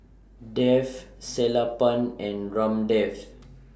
Dev Sellapan and Ramdev